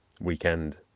weekend